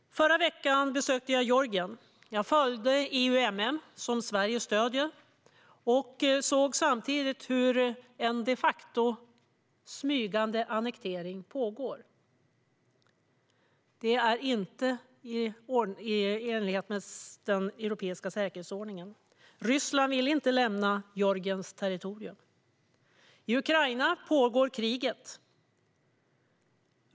Förra veckan besökte jag Georgien. Jag följde EUMM, som Sverige stöder, och såg samtidigt hur en smygande annektering pågår. Det är inte i enlighet med den europeiska säkerhetsordningen. Ryssland vill inte lämna Georgiens territorium. I Ukraina pågår kriget.